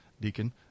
Deacon